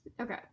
Okay